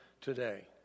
today